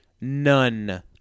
None